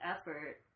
effort